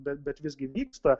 bet bet visgi vyksta